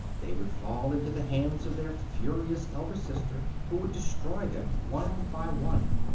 they would fall into the hands of their furious elder sister, who would destroy them one by one.